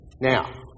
Now